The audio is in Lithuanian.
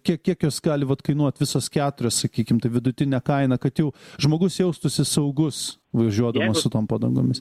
kiek kiek jos gali kainuot visos keturios sakykim taip vidutinė kaina kad jau žmogus jaustųsi saugus važiuodamas su tom padangomis